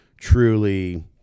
truly